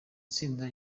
tsinda